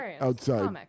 outside